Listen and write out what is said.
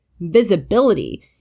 visibility